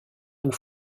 beau